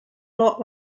lot